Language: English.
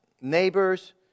neighbors